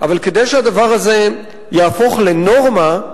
אבל כדי שהדבר הזה יהפוך לנורמה,